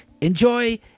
Enjoy